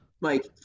Mike